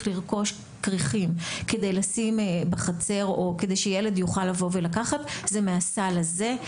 לרכוש כריכים כדי לשים בחצר או כדי שילד יוכל לבוא ולקחת זה מהסל הזה.